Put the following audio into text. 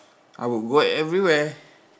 I would go everywhere